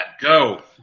go